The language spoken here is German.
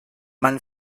man